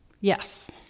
Yes